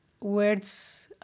words